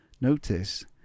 Notice